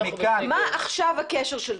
מה הקשר עכשיו?